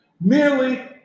merely